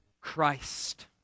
Christ